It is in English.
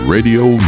Radio